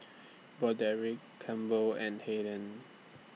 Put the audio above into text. Broderick Campbell and Hayden